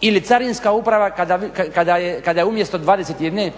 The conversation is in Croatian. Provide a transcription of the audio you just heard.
ili Carinska uprava kada je umjesto 21